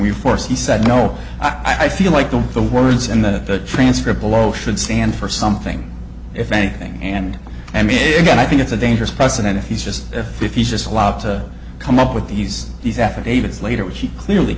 we force he said no i feel like the words in the transcript below should stand for something if anything and and big i think it's a dangerous precedent if he's just if if he just allowed to come up with these these affidavits later which he clearly